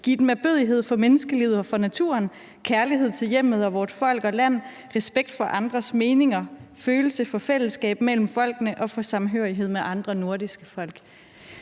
give dem ærbødighed for menneskelivet og for naturen, kærlighed til hjemmet og vort folk og land, respekt for andres meninger, følelse for fællesskab mellem folkene og for samhørighed med andre nordiske folk.